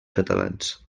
catalans